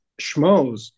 schmoes